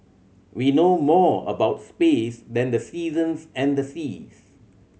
we know more about space than the seasons and the seas